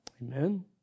Amen